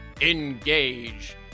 engage